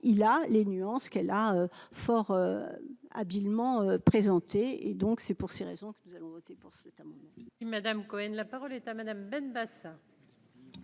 il a les nuances qu'elle a fort habilement présenté et donc c'est pour ces raisons que nous allons voter pour. Madame Cohen,